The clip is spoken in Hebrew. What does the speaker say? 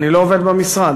אני לא עובד במשרד.